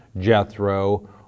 Jethro